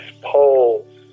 Poles